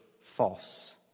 false